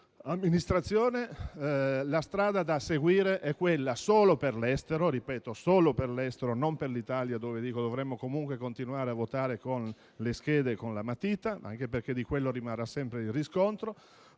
amministrazione, la strada da seguire è quella, solo per l'estero e non per l'Italia - in Italia dove dovremmo comunque continuare a votare con le schede con la matita, anche perché di quello rimarrà sempre riscontro